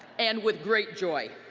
and with great joy.